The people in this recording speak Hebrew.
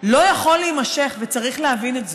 לא יכול להימשך, וצריך להבין את זה.